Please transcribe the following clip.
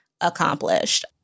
accomplished